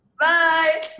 Bye